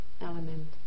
element